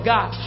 God